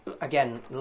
Again